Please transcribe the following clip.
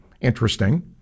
Interesting